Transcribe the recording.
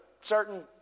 certain